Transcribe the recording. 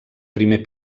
primer